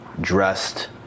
dressed